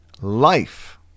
Life